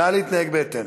נא להתנהג בהתאם.